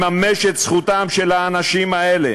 לממש את זכותם של האנשים האלה